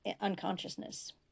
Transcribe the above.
unconsciousness